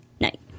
night